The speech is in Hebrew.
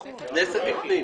כנסת עם פנים.